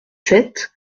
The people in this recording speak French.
sept